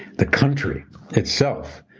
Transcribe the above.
the country itself,